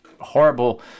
horrible